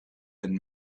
been